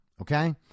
okay